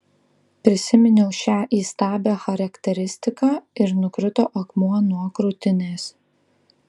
prisiminiau šią įstabią charakteristiką ir nukrito akmuo nuo krūtinės